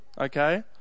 Okay